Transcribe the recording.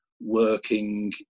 working